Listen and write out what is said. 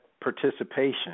participation